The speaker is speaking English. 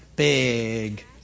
big